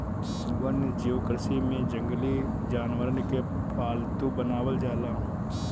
वन्यजीव कृषि में जंगली जानवरन के पालतू बनावल जाला